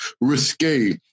risque